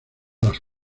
las